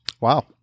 Wow